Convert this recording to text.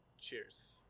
cheers